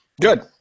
Good